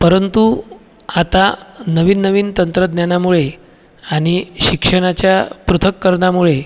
परंतु आता नवीन नवीन तंत्रज्ञानामुळे आणि शिक्षणाच्या पृथक्करणामुळे